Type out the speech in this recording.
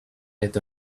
est